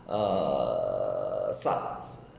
err